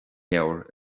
leabhar